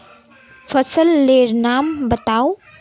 फसल लेर नाम बाताउ?